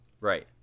Right